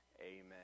Amen